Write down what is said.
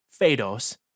Phaedos